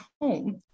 home